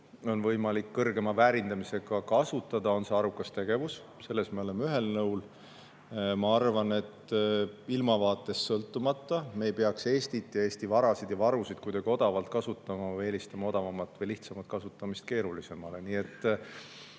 on võimalik kõrgema väärindamisega kasutada, on see arukas tegevus. Selles me oleme ühel nõul. Ma arvan, et ilmavaatest sõltumata me ei peaks Eesti varasid ja varusid kuidagi odavalt kasutama või eelistama odavamat või lihtsamat kasutamist keerulisemale.